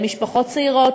למשפחות צעירות,